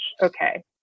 Okay